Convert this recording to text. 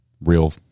real